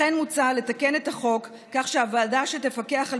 לכן מוצע לתקן את החוק כך שהוועדה שתפקח על